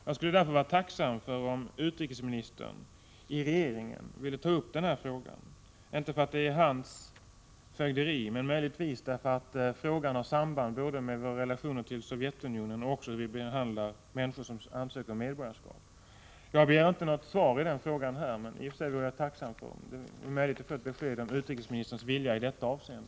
Jag skulle därför vara tacksam om utrikesministern inom regeringen ville ta upp denna fråga, inte därför att det är hans fögderi, men frågan har möjligen samband både med våra relationer till Sovjetunionen och med hur vi behandlar människor som ansöker om medborgarskap. Jag begär i och för sig inte något svar på detta här, men jag skulle vara tacksam om det vore möjligt att få ett besked om utrikesministerns vilja i detta avseende.